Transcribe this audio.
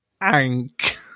Ank